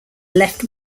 left